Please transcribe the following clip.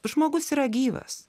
žmogus yra gyvas